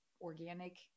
organic